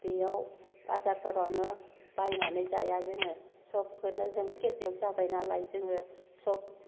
बेयाव बाजारफोरावनो बायनानै जाया जोङो सबखोनो जों खेथियक जाबायनालाय जोङो सब